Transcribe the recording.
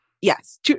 yes